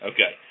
Okay